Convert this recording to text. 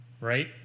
Right